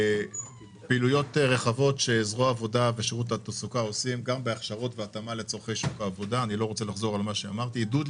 פעילויות רחבות שזרוע העבודה ושירות התעסוקה עושים: עידוד לתעסוקה,